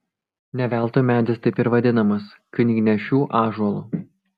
ne veltui medis taip ir vadinamas knygnešių ąžuolu